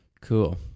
Cool